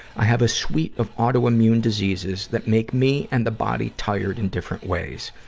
i have a suite of auto-immune diseases that make me and the body tired in different ways.